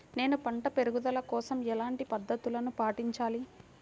నేను పంట పెరుగుదల కోసం ఎలాంటి పద్దతులను పాటించాలి?